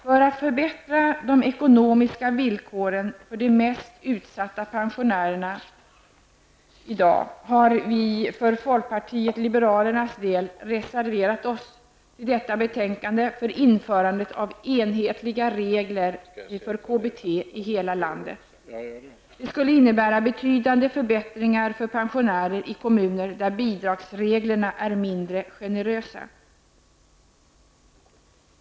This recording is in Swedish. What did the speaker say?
För att förbättra de ekonomiska villkoren för de i dag mest utsatta pensionärerna har vi för folkpartiet libernas del reserverat oss till detta betänkande för införandet av enhetliga regler för KBT i hela landet. Det skulle innebära betydande förbättringar för pensionärer i kommuner där bidragsreglerna är mindre generösa.